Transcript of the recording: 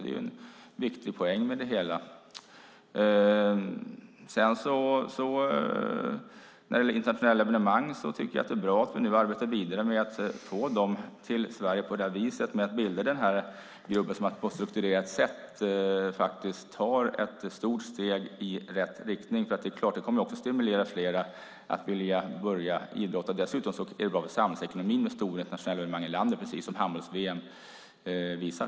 Det är en viktig poäng med det hela. När det gäller internationella evenemang tycker jag att det är bra att vi nu arbetar vidare med att få dem till Sverige på det här viset. Man bildar den här gruppen som på ett strukturerat sätt tar ett stort steg i rätt riktning. Det är klart att det kommer att stimulera fler till att vilja börja idrotta. Dessutom är det bra för samhällsekonomin med stora internationella evenemang i landet, som handbolls-VM visar.